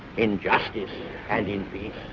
in justice and in peace.